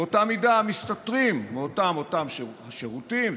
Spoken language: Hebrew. באותה מידה מסתתרים מאותם השירותים,